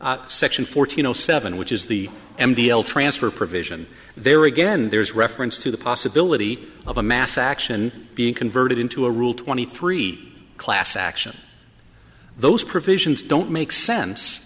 to section fourteen zero seven which is the m t l transfer provision there again there's reference to the possibility of a mass action being converted into a rule twenty three class action those provisions don't make sense